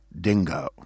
dingo